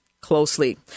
closely